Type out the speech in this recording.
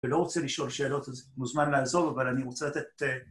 ולא רוצה לשאול שאלות, אז מוזמן לעזוב, אבל אני רוצה לתת...